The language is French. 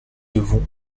devons